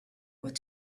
what